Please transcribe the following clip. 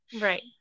Right